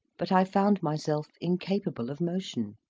but i found myself incapable of motion.